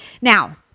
Now